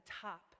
top